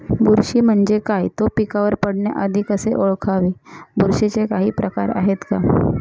बुरशी म्हणजे काय? तो पिकावर पडण्याआधी कसे ओळखावे? बुरशीचे काही प्रकार आहेत का?